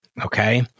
Okay